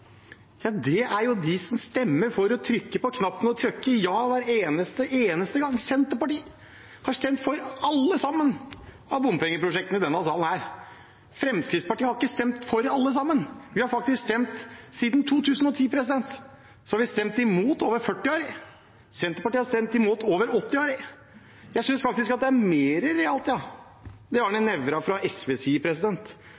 er jo at kritikerne er de som stemmer for å trykke på knappen og trykker ja hver eneste gang. Senterpartiet har stemt for alle bompengeprosjektene i denne salen. Fremskrittspartiet har ikke stemt for alle sammen. Vi har faktisk stemt – siden 2010 – imot over 40 av dem. Senterpartiet har stemt imot over 80 av dem. Jeg synes faktisk at det er mer realt, det